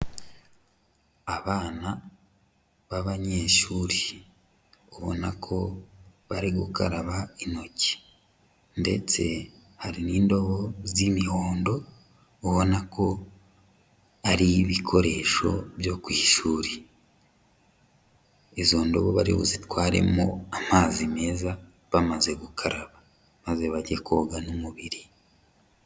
Abana b'abanyeshuri ubona ko bari gukaraba intoki ndetse hari n'indobo z'imihondo ubona ko ari ibikoresho byo ku ishuri. Izo ndobo bari buzitwaremo amazi meza bamaze gukaraba, maze bajye koga n'umubiri.